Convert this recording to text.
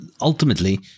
ultimately